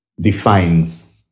defines